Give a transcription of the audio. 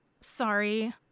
Sorry